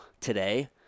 today